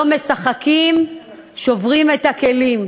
לא משחקים, שוברים את הכלים,